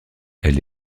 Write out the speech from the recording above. elle